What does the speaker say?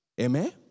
Amen